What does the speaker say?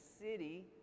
city